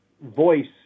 voice